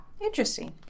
Interesting